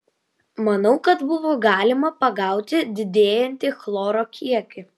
manau kad buvo galima pagauti didėjantį chloro kiekį